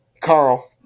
Carl